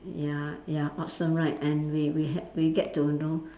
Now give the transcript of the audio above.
ya ya awesome right and we we ha~ we get to know